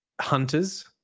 Hunters